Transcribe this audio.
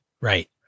Right